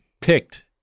picked